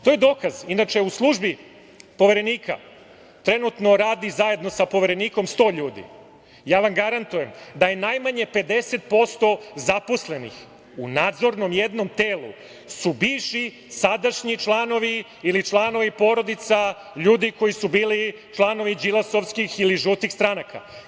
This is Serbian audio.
To je dokaz, inače u službi poverenika, trenutno radi zajedno sa poverenikom sto ljudi, ja vam garantujem da je najmanje pedeset posto zaposlenih u nadzornom jednom telu su bivši, sadašnji članovi ili članovi porodica, ljudi koji su bili članovi Đilasovskih ili žutih stranaka.